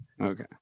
Okay